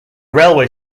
railway